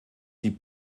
die